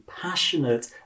passionate